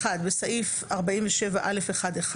התשכ"ג 1963‏ (1)בסעיף 47(א1)(1),